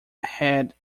had